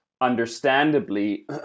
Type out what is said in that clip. understandably